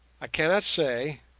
i cannot say,